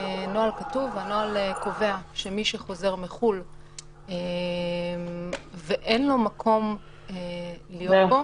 יש נוהל כתוב שקובע שמי שחוזר מחו"ל ואין לו מקום להיות בו